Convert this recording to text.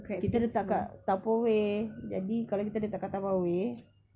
kita letak dekat tupperware jadi kalau kita letak dekat tupperware